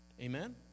Amen